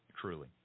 truly